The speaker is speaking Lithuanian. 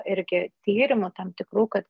irgi tyrimų tam tikrų kad